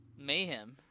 mayhem